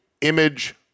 image